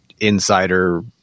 insider